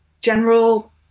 general